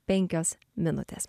penkios minutės